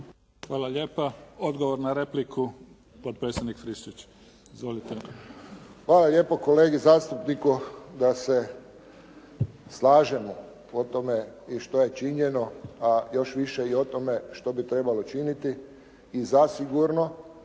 Hvala lijepa. Odgovor na repliku, potpredsjednik Friščić. Izvolite. **Friščić, Josip (HSS)** Hvala lijepo kolegi zastupniku da se slažemo po tome i što je činjeno, a još više i o tome što bi trebalo činiti i zasigurno